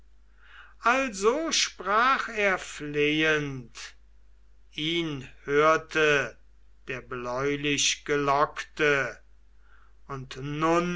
also sprach er flehend ihn hörte der bläulichgelockte und nun